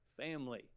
family